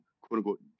quote-unquote